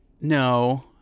No